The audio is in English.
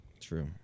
True